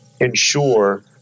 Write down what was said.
ensure